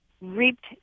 reaped